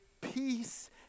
peace